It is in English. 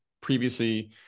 previously